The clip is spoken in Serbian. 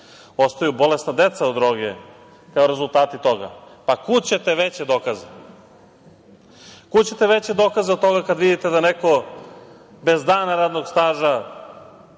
ostaju bolesna deca od droge kao rezultati toga. Pa, kud ćete veće dokaze? Kud ćete veće dokaze od toga kada vidite da neko bez dana radnog staža,